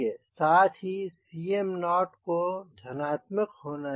साथ ही Cm0 को धनात्मक होना चाहिए